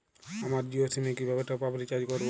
আমার জিও সিম এ কিভাবে টপ আপ রিচার্জ করবো?